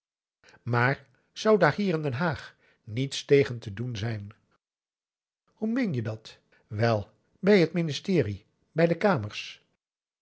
maar zou daar hier in den haag niets tegen te doen zijn hoe meen je dat wel bij het ministerie bij de kamers